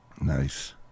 Nice